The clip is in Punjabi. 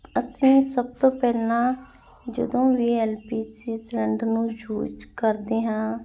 ਅਸੀਂ ਸਭ ਤੋਂ ਪਹਿਲਾਂ ਜਦੋਂ ਵੀ ਐਲ ਪੀ ਜੀ ਸਲੰਡਰ ਨੂੰ ਯੂਜ ਕਰਦੇ ਹਾਂ